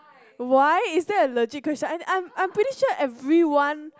why is that a legit question I'm I'm pretty sure everyone